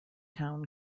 town